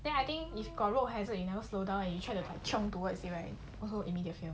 then I think if got road hazard and you never slowdown and you try to to chiong towards it right also immediate fail